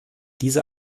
diese